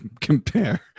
compare